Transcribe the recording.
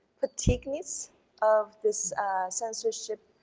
fatigueness of this censorship,